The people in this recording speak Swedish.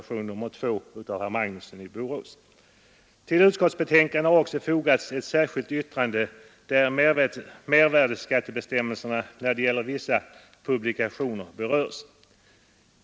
Till utskottsbetänkandet har också fogats ett särskilt yttrande där mervärdeskattebestämmelserna när det gäller vissa publikationer berörs.